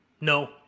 No